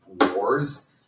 wars